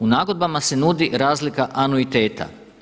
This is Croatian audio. U nagodbama se nudi razlika anuiteta.